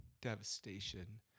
devastation